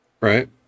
Right